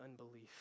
unbelief